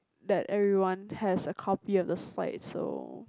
that everyone has a copy of the slide so